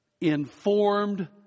informed